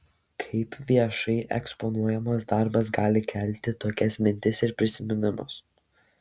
kaip viešai eksponuojamas darbas gali kelti tokias mintis ir prisiminimus